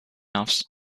offs